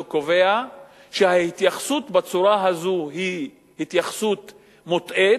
שההתייחסות בצורה הזאת היא התייחסות מוטעית,